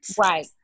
right